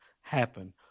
happen